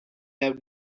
have